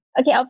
okay